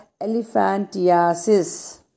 elephantiasis